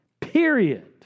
Period